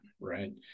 right